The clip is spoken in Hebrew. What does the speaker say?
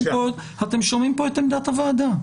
אתם שומעים פה את עמדת הוועדה.